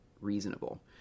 reasonable